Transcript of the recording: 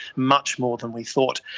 much more than we thought,